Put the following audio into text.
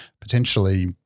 potentially